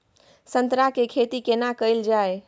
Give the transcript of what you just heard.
संतरा के खेती केना कैल जाय?